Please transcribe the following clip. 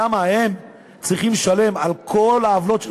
למה הם צריכים לשלם על כל העוולות?